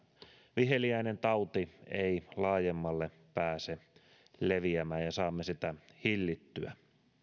viheliäinen tauti ei laajemmalle pääse leviämään ja saamme sitä hillittyä